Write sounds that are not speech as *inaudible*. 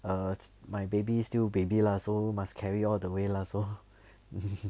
err my baby still baby lah so must carry all the way lah so *laughs*